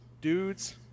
dudes